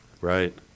Right